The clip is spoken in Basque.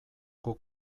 guk